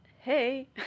hey